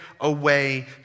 away